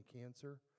cancer